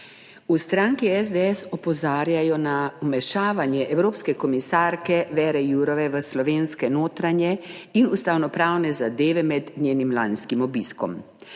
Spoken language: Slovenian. V stranki SDS opozarjajo na vmešavanje evropske komisarke Věre Jourove v slovenske notranje in ustavno pravne zadeve med njenim lanskim obiskom.